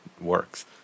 works